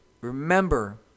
Remember